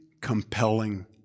compelling